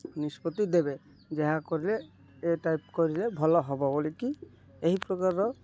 ନିଷ୍ପତ୍ତି ଦେବେ ଯାହା କରିଲେ ଏ ଟାଇପ୍ କରିଲେ ଭଲ ହେବ ବୋଲିକରି ଏହି ପ୍ରକାରର